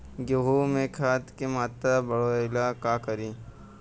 गेहूं में खाद के मात्रा बढ़ावेला का करी?